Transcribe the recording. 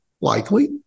likely